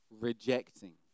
rejecting